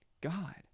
God